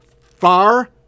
far